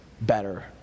better